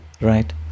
right